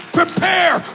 prepare